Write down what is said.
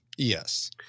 yes